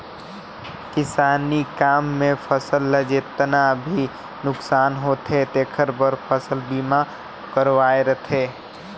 किसानी काम मे फसल ल जेतना भी नुकसानी होथे तेखर बर फसल बीमा करवाये रथें